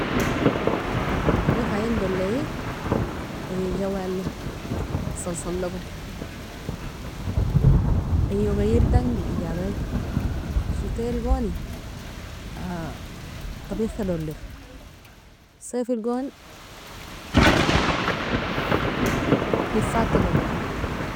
Tabikh ien dolie oie jawali, salsalogo ayio gaierdangi ajabie shitalgoni tabikhka dolier safelgon nefata dolier.